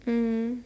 mm